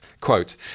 Quote